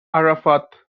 arafat